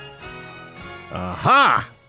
Aha